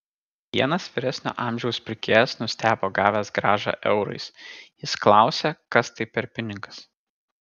vienas vyresnio amžiaus pirkėjas nustebo gavęs grąžą eurais jis klausė kas tai per pinigas